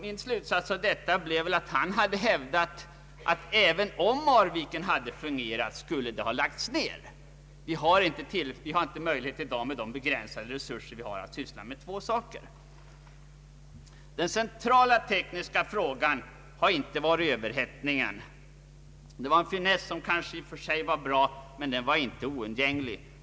Min slutsats av detta blev att han hävdat att även om Marviken fungerat skulle det ha lagts ned. Vi har inte möjlighet i dag med våra begränsade resurser att syssla med två saker. Den centrala tekniska frågan var inte överhettningen, det var en finess som i och för sig var bra, men den var inte oundgänglig.